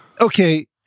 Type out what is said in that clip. Okay